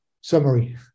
summary